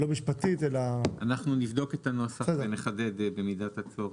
אנחנו נבדוק את הנוסח ונחדד במידת הצורך.